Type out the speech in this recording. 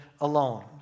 alone